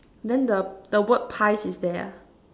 then the the word pies is there ah